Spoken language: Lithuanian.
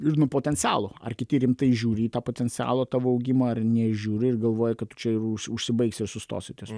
ir nuo potencialo ar kiti rimtai žiūri į tą potencialų tavo augimą ar nežiūri ir galvoja kad čia ir užsibaigs ir sustosi ties